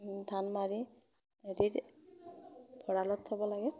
ধান মাৰি হেৰিত ভঁৰালত থ'ব লাগে